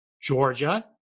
Georgia